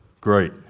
Great